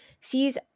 sees